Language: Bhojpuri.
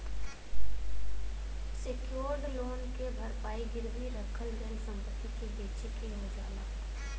सेक्योर्ड लोन क भरपाई गिरवी रखल गयल संपत्ति के बेचके हो जाला